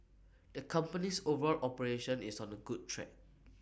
the company's overall operation is on the good track